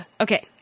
Okay